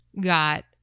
got